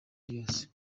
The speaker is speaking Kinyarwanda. ryose